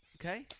Okay